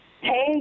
Hey